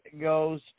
Goes